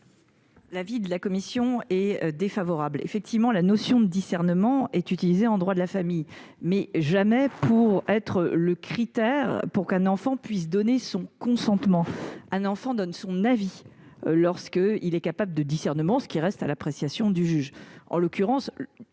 L'avis de la commission est défavorable. Effectivement, la notion de discernement est utilisée en droit de la famille, mais jamais comme critère justifiant qu'un enfant puisse donner son consentement. Un enfant donne son avis lorsqu'il est capable de discernement, ce qui reste à l'appréciation du juge.